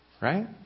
Right